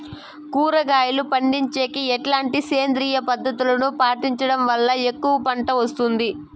కూరగాయలు పండించేకి ఎట్లాంటి సేంద్రియ పద్ధతులు పాటించడం వల్ల ఎక్కువగా పంట వస్తుంది?